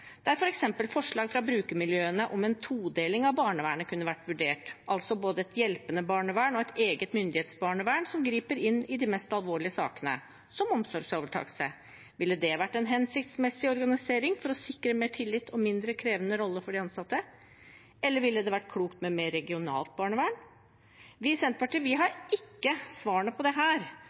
Det er f.eks. forslag fra brukermiljøene om en todeling av barnevernet kunne vært vurdert, altså både et hjelpende barnevern og et eget myndighetsbarnevern som griper inn i de mest alvorlige sakene, som omsorgsovertakelse. Ville det vært en hensiktsmessig organisering for å sikre mer tillit og mindre krevende roller for de ansatte? Eller ville det vært klokt med mer regionalt barnevern? Vi i Senterpartiet har ikke svarene på